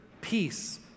peace